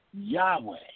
Yahweh